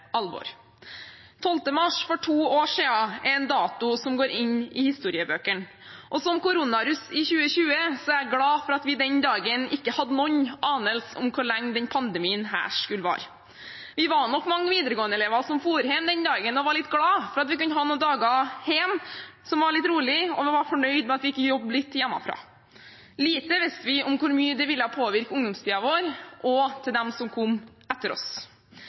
alvor. 12. mars for to år siden er en dato som går inn i historiebøkene, og som korona-russ i 2020 er jeg glad for at vi den dagen ikke hadde noen anelse om hvor lenge denne pandemien skulle vare. Vi var nok mange videregåendeelever som dro hjem den dagen og var litt glad for at vi kunne ha noen dager hjemme som var litt rolige, og vi var fornøyd med at vi fikk jobbe litt hjemmefra. Lite visste vi om hvor mye det ville påvirke ungdomstiden vår, og ungdomstiden til dem som kom etter oss.